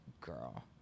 girl